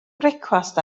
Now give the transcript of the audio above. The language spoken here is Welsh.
brecwast